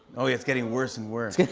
oh, yeah, it's getting worse and worse.